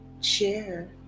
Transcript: share